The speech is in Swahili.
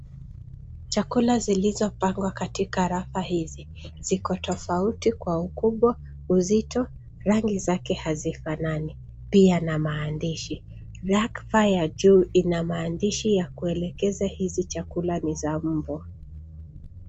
Chakula zilizopangwa katika rafa hizi. Ziko tofauti kwa ukubwa, uzito. Rangi zake hazifanani, pia na maandishi. Rafa ya juu ina maandishi ya kuelekeza hizi chakula ni za mbwa.